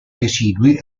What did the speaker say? residui